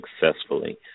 successfully